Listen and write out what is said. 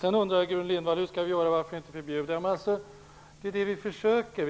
Gudrun Lindvall undrar hur vi skall göra, varför inte förbjuda. Det är det vi försöker.